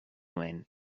nuen